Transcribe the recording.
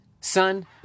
son